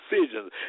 decisions